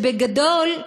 בגדול,